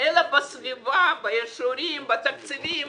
אלא בסביבה, באישורים, בתקציבים.